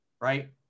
right